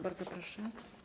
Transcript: Bardzo proszę.